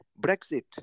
Brexit